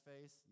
face